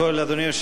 אדוני היושב-ראש,